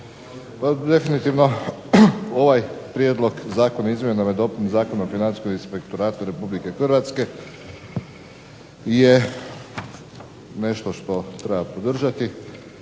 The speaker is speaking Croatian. definitivno ovaj prijedlog Zakona o izmjenama i dopunama Zakona o Financijskom inspektoratu RH je nešto što treba podržati.